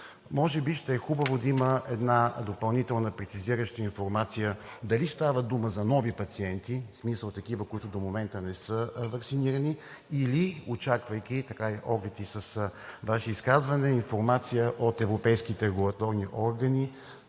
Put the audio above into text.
Може би ще е хубаво да има една допълнителна прецизираща информация дали става дума за нови пациента, в смисъл такива, които до момента не са ваксинирани, или очаквайки, с оглед Ваше изказване, информация от европейските регулаторни органи